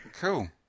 Cool